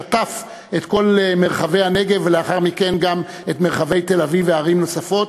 שטף את כל מרחבי הנגב ולאחר מכן גם את מרחבי תל-אביב וערים נוספות,